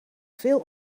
veel